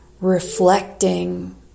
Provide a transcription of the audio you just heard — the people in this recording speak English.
reflecting